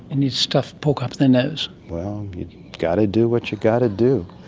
and you stuff pork up their nose. well, you gotta do what you gotta do.